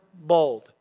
bold